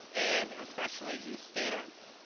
and especially you students.